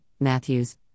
Matthews